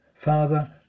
Father